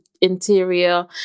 interior